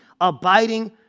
abiding